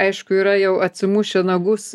aišku yra jau atsimušę nagus